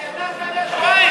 אתה ידעת עליה שבועיים,